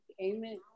amen